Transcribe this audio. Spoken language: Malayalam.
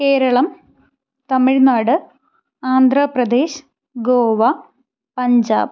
കേരളം തമിഴ്നാട് ആന്ധ്രാ പ്രദേശ് ഗോവ പഞ്ചാബ്